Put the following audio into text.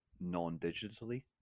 non-digitally